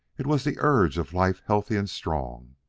it was the urge of life healthy and strong,